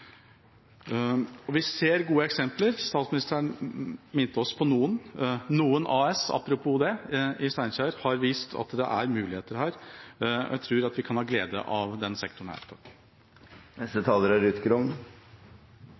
Vi ser gode eksempler. Statsministeren minnet oss om noen. Apropos «noen»: Noen AS i Steinkjer har vist at det er muligheter, og jeg tror vi kan ha glede av denne sektoren.